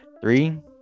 three